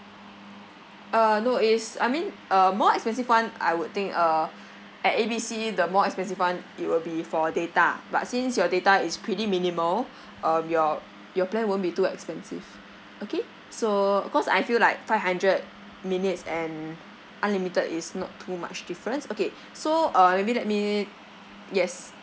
uh no is I mean uh more expensive one I would think uh at A B C the more expensive one it will be for data but since your data is pretty minimal um your your plan won't be too expensive okay so cause I feel like five hundred minutes and unlimited is not too much difference okay so uh maybe let me yes